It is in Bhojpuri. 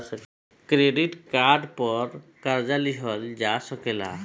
क्रेडिट कार्ड पर कर्जा लिहल जा सकेला